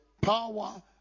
power